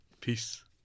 Peace